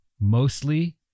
mostly